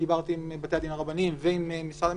כשדיברתי עם בתי הדין הרבניים ועם משרד המשפטים,